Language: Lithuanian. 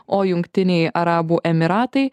o jungtiniai arabų emyratai